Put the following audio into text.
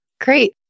Great